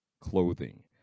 clothing